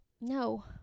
no